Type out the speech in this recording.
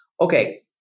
okay